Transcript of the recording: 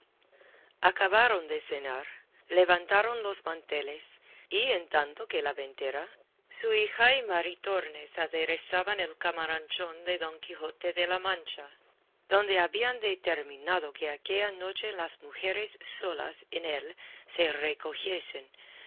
acabaron de cenar levantaron los manteles y en tanto que la ventera su hija y maritornes aderezaban el camaranchón de don quijote de la mancha donde habían determinado que aquella noche las mujeres solas en él se